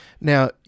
Now